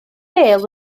bêl